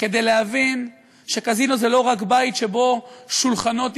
כדי להבין שקזינו זה לא רק בית שבו שולחנות הימורים,